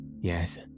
yes